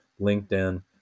LinkedIn